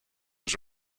was